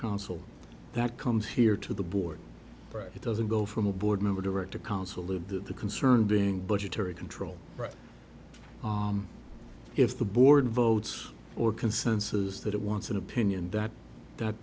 council that comes here to the board it doesn't go from a board member direct to council live that the concern being budgetary control if the board votes or consensus that it wants an opinion that that